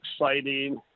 exciting